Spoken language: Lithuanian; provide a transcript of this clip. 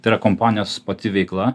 tai yra kompanijos pati veikla